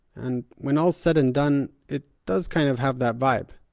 and, when all's said and done, it does kind of have that vibe.